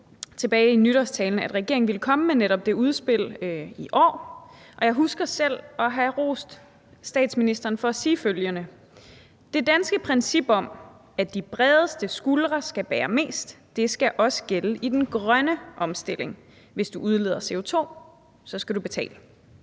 tilbage i nytårstalen, at regeringen ville komme med netop det udspil i år, og jeg husker selv at have rost statsministeren for at sige følgende: »Det danske princip om, at de bredeste skuldre skal bære mest. Det skal også gælde i den grønne omstilling: Hvis du udleder CO2 – så skal du betale.«